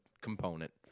component